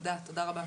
תודה רבה.